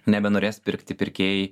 nebenorės pirkti pirkėjai